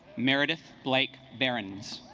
meredith blake barons